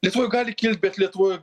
lietuvoj gali kilt bet lietuvoj